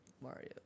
Mario